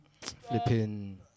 flipping